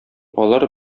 алар